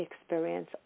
experience